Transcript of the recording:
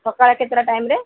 ସକାଳେ କେତେଟା ଟାଇମ୍ରେ